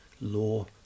law